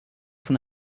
von